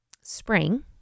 spring